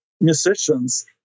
musicians